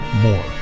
more